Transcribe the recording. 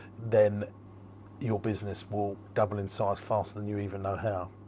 then your business will double in size, faster than you even know how.